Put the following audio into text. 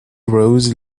rose